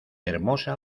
hermosa